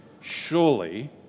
surely